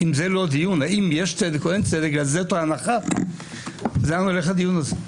אם זה לא הדיון אם יש צדק או אין צדק וזאת ההנחה אז לאן הולך הדיון הזה?